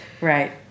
Right